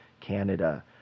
canada